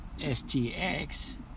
STX